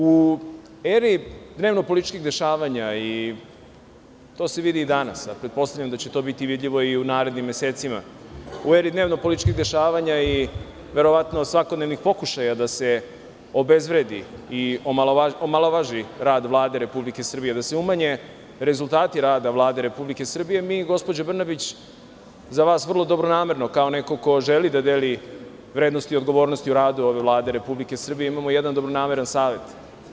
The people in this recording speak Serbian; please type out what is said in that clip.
U eri dnevno-političkih dešavanja i to se vidi i danas, a pretpostavljam da će to biti vidljivo i u narednim mesecima, u eri dnevno-političkih dešavanja i verovatno svakodnevnih pokušaja da se obezvredi i omalovaži rad Vlade Republike Srbije, da se umanje rezultati rada Vlade Republike Srbije, mi gospođo Brnabić za vas vrlo dobronamerno, kao neko ko želi da deli vrednost i odgovornost u radu ove Vlade Republike Srbije, imamo jedan dobronameran savet.